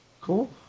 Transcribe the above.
Cool